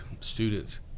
students